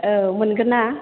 औ मोनगोन ना